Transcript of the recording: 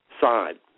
side